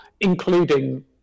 including